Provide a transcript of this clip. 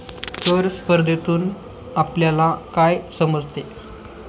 कर स्पर्धेतून आपल्याला काय समजते?